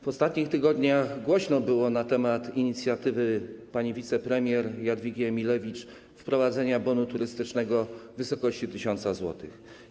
W ostatnich tygodniach głośno było na temat inicjatywy pani wicepremier Jadwigi Emilewicz wprowadzenia bonu turystycznego w wysokości 1 tys. zł.